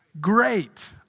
Great